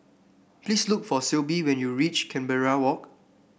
please look for Syble when you reach Canberra Walk